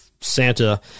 Santa